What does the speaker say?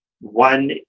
One